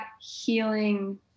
healing